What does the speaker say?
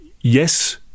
yes